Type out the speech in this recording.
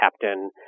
captain